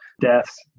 deaths